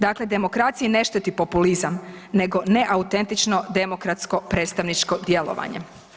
Dakle, demokraciji ne šteti populizam nego neautentično demokratsko predstavničko djelovanje.